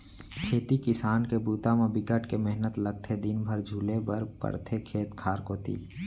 खेती किसान के बूता म बिकट के मेहनत लगथे दिन भर झुले बर परथे खेत खार कोती